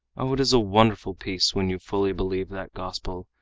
oh, it is a wonderful peace when you fully believe that gospel,